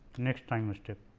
next time step.